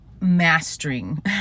mastering